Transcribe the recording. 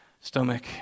stomach